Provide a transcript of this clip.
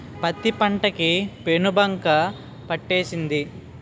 పత్తి పంట కి పేనుబంక పట్టేసింది